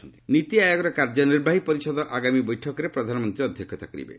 PM Niti Aayog Niti ଆୟୋଗର କାର୍ଯ୍ୟନିର୍ବାହୀ ପରିଷଦ ଆଗାମୀ ବୈଠକରେ ପ୍ରଧାନମନ୍ତ୍ରୀ ଅଧ୍ୟକ୍ଷତା କରିବେ